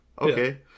okay